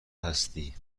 هستی